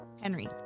Henry